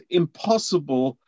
impossible